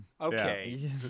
okay